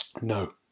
No